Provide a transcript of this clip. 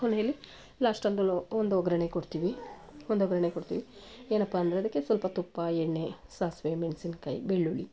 ಕೊನೆಲಿ ಲಾಸ್ಟ್ ಒಂದ್ರಲ್ಲು ಒಂದು ಒಗ್ಗರಣೆ ಕೊಡ್ತೀವಿ ಒಂದು ಒಗ್ಗರಣೆ ಕೊಡ್ತೀವಿ ಏನಪ್ಪ ಅಂದರೆ ಅದಕ್ಕೆ ಸ್ವಲ್ಪ ತುಪ್ಪ ಎಣ್ಣೆ ಸಾಸಿವೆ ಮೆಣಸಿನ್ಕಾಯಿ ಬೆಳ್ಳುಳ್ಳಿ